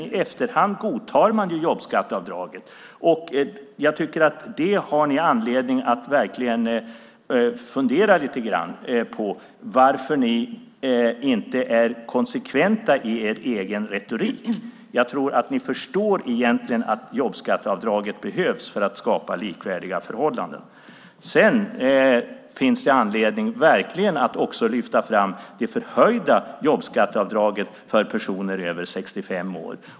I efterhand godtar man ju jobbskatteavdraget. Ni har verkligen anledning att fundera lite över varför ni inte är konsekventa i er egen retorik. Jag tror att ni egentligen förstår att jobbskatteavdraget behövs för att skapa likvärdiga förhållanden. Det finns verkligen anledning att också lyfta fram det förhöjda jobbskatteavdraget för personer över 65 år.